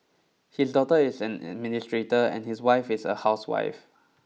his daughter is an administrator and his wife is a housewife